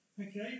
Okay